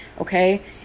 okay